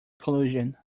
collision